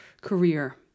career